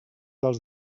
dels